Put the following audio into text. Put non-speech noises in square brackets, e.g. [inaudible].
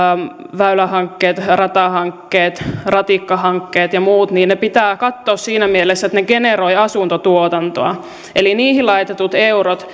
väylähankkeet ratahankkeet ratikkahankkeet ja muut pitää katsoa siinä mielessä että ne generoivat asuntotuotantoa eli niihin laitetut eurot [unintelligible]